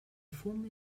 fum